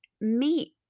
meat